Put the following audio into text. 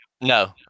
No